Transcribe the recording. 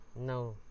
No